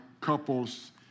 Couples